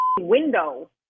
window